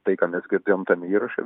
tai ką mes girdėjom tame įraše